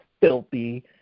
filthy